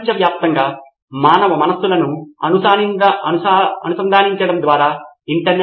professor లేదు నా ప్రశ్న మరింత సాంకేతిక స్వభావమైనది